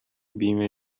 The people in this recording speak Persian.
بیمه